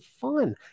fun